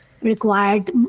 required